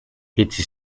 each